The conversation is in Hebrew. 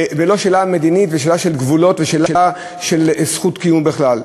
ולא שאלה מדינית ושאלה של גבולות ושאלה של זכות קיום בכלל.